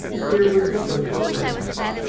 here was a social crisis.